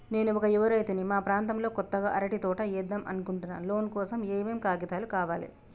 నేను ఒక యువ రైతుని మా ప్రాంతంలో కొత్తగా అరటి తోట ఏద్దం అనుకుంటున్నా లోన్ కోసం ఏం ఏం కాగితాలు కావాలే?